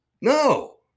No